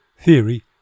theory